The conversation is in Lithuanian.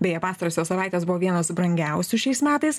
beje pastarosios savaitės buvo vienos brangiausių šiais metais